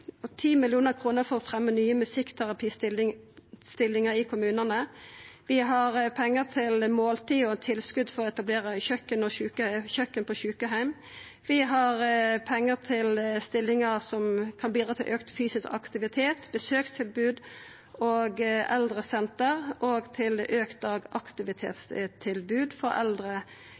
og har 10 mill. kr for å fremja nye musikkterapistillingar i kommunane. Vi har pengar til måltid og tilskot for å etablera kjøkken på sjukeheimar. Vi har pengar til stillingar som kan bidra til auka fysisk aktivitet, besøkstilbod og eldresenter og til auka dagaktivitetstilbod for eldre